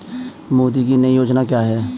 मोदी की नई योजना क्या है?